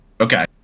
Okay